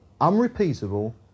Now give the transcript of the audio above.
unrepeatable